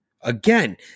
Again